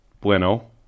Bueno